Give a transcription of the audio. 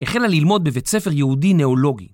החלה ללמוד בבית ספר יהודי ניאולוגי.